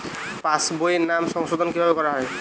পাশ বইয়ে নাম সংশোধন কিভাবে করা হয়?